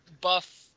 buff